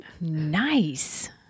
Nice